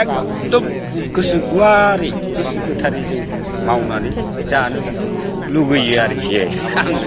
एग्दम गोसो गुवारै गोसो गोथारै जों मावनानै जानो लुबैयो आरोखि आङो